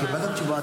קיבלת תשובה.